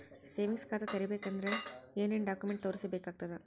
Savings ಖಾತಾ ತೇರಿಬೇಕಂದರ ಏನ್ ಏನ್ಡಾ ಕೊಮೆಂಟ ತೋರಿಸ ಬೇಕಾತದ?